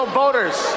voters